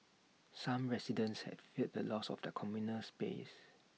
some residents had feared the loss of their communal space